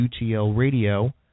UTLRadio